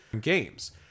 games